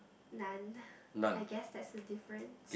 none I guess that's the difference